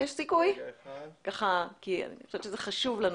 כי אני חושבת שזה חשוב לנו,